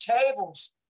tables